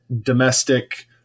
domestic